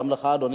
אדוני.